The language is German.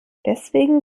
deswegen